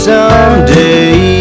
Someday